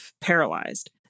paralyzed